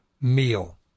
meal